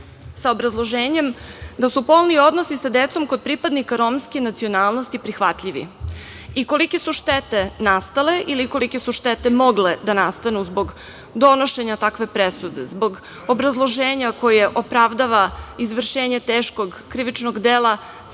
sa obrazloženjem da su polni odnosi sa decom kod pripadnika romske nacionalnosti prihvatljivi i kolike su štete nastale ili kolike su štete mogle da nastanu zbog donošenja takve presude zbog obrazloženja koje opravdava izvršenje teškog krivičnog dela sa aspekta